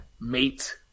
Mate